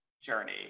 journey